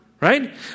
Right